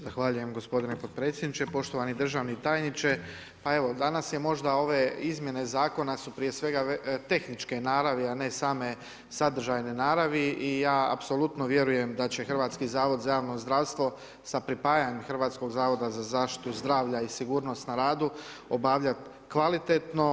Zahvaljujem gospodine potpredsjedniče, poštovani državni tajniče, pa evo danas je možda ove izmjene zakona su prije svega tehničke naravi, a ne same sadržajne naravi i ja apsolutno vjerujem da će Hrvatski zavod za javno zdravstvo sa pripajanjem Hrvatskog zavoda za zaštitu zdravlja i sigurnost na radu obavljati kvalitetno.